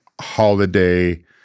holiday